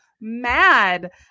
mad